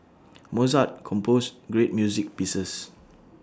Mozart composed great music pieces